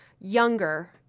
younger